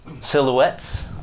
Silhouettes